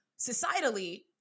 societally